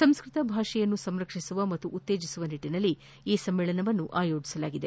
ಸಂಸ್ಟತ ಭಾಷೆಯನ್ನು ಸಂರಕ್ಷಿಸುವ ಮತ್ತು ಉತ್ತೇಜಿಸುವ ನಿಟ್ಟನಲ್ಲಿ ಈ ಸಮ್ಮೇಳನ ಆಯೋಜಿಸಲಾಗಿದೆ